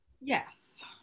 Yes